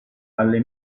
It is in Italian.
alle